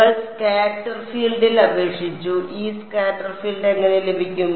ഞങ്ങൾ സ്കാറ്റർ ഫീൽഡിൽ അപേക്ഷിച്ചു ഈ സ്കാറ്റർ ഫീൽഡ് എങ്ങനെ ലഭിക്കും